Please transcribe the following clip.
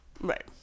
Right